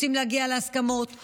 רוצים להגיע לפשרות,